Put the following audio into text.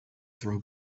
throw